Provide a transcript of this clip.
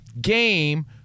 game